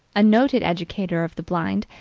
a noted educator of the blind,